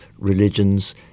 Religions